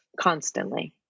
constantly